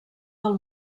del